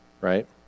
right